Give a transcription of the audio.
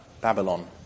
Babylon